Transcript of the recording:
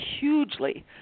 hugely